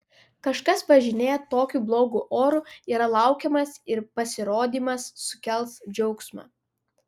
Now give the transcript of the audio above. kažkas važinėja tokiu blogu oru yra laukiamas ir pasirodymas sukels džiaugsmą